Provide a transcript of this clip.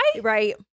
Right